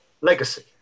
legacy